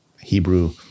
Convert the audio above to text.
hebrew